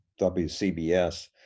WCBS